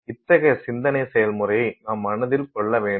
இத்தகைய சிந்தனை செயல்முறையை நாம் மனதில் கொள்ள வேண்டும்